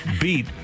beat